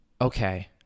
Okay